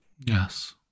Yes